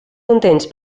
contents